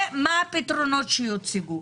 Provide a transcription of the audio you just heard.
מה הפתרונות שיוצגו?